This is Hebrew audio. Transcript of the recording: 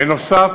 בנוסף,